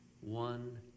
one